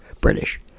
British